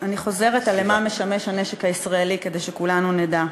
אני חוזרת למה משמש הנשק הישראלי, כדי שכולנו נדע: